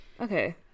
Okay